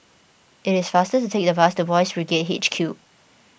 it is faster to take the bus to Boys' Brigade H Q